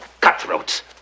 cutthroats